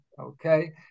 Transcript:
Okay